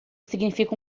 significa